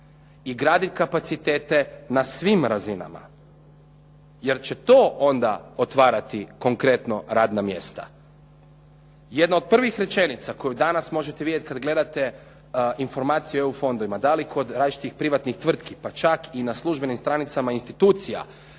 i graditi kapacitete za svim razinama jer će to onda otvarati konkretno radna mjesta. Jedna od prvih rečenica koju danas možete vidjeti kad gledate informacije o EU fondovima, da li kod različitih privatnih tvrtki, pa čak i na službenim stranicama institucija